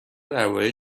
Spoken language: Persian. درباره